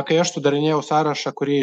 kai aš sudarinėjau sąrašą kurį